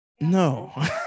no